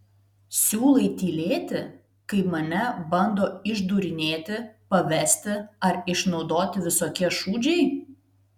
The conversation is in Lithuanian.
siūlai tylėti kai mane bando išdūrinėti pavesti ar išnaudoti visokie šūdžiai